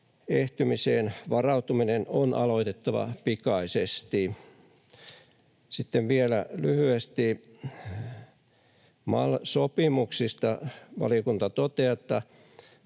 ehtymiseen varautuminen on aloitettava pikaisesti. Sitten vielä lyhyesti MAL-sopimuksista: Valiokunta toteaa, että